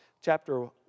chapter